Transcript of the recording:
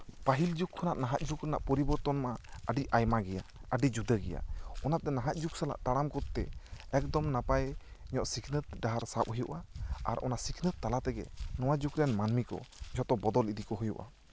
ᱯᱟᱦᱤᱞ ᱡᱩᱜᱽ ᱠᱷᱚᱱᱟᱜ ᱱᱟᱦᱟᱜ ᱡᱩᱜᱽ ᱨᱮᱱᱟᱜ ᱯᱚᱨᱤᱠᱠᱷᱟ ᱨᱮᱱᱟᱜ ᱯᱚᱨᱤᱵᱚᱨᱛᱚᱱ ᱢᱟ ᱟᱹᱰᱤ ᱟᱭᱢᱟ ᱜᱮᱭᱟ ᱟᱹᱰᱤ ᱡᱩᱫᱟᱹ ᱜᱮᱭᱟ ᱚᱱᱟᱛᱮ ᱱᱟᱦᱟᱜ ᱡᱩᱜᱽ ᱥᱟᱞᱟᱜ ᱛᱟᱲᱟᱢ ᱠᱚᱨᱛᱮ ᱮᱠᱫᱚᱢ ᱱᱟᱯᱟᱭ ᱧᱚᱜ ᱥᱤᱠᱷᱱᱟᱹᱛ ᱰᱟᱦᱟᱨ ᱥᱟᱵ ᱦᱩᱭᱩᱜᱼᱟ ᱟᱨ ᱚᱱᱟ ᱥᱤᱠᱷᱱᱟᱹᱛ ᱛᱟᱞᱟ ᱛᱮᱜᱮ ᱱᱚᱣᱟ ᱡᱩᱜᱽ ᱨᱮᱱ ᱢᱟᱹᱱᱢᱤ ᱠᱚ ᱡᱚᱛᱚ ᱵᱚᱫᱚᱞ ᱠᱚ ᱦᱩᱭᱩᱜᱼᱟ